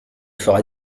fera